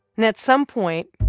and at some point,